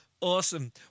Awesome